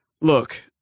look